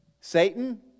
Satan